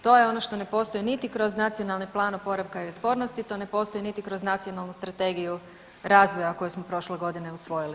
To je ono što ne postoji niti kroz Nacionalni plan oporavka i otpornosti, to ne postoji niti kroz Nacionalnu strategiju razvoja koju smo prošle godine usvojili.